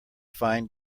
fine